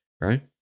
right